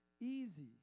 easy